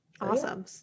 Awesome